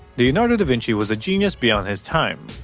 leonardo da vinci was a genius beyond his time.